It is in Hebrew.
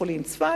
בית-חולים צפת,